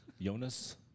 Jonas